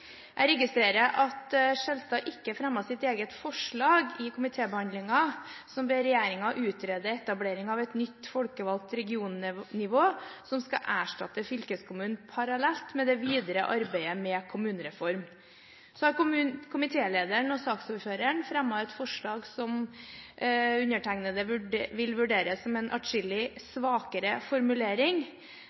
Jeg registrerer at Skjelstad ikke fremmet sitt eget forslag i komitébehandlingen. Forslaget lyder: «Stortinget ber regjeringen utrede etablering av et nytt folkevalgt regionnivå som skal erstatte fylkeskommunen, parallelt med det videre arbeidet med en kommunereform.» Komitélederen og saksordføreren har fremmet et forslag som undertegnede vil vurdere som en adskillig svakere formulering.